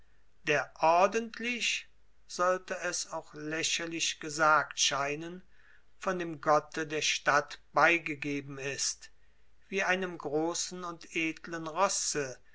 der ordentlich sollte es auch lächerlich gesagt scheinen von dem gotte der stadt beigegeben ist wie einem großen und edlen rosse